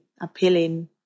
appealing